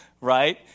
right